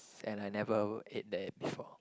and I never ate there before